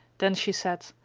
then she said,